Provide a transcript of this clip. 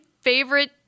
favorite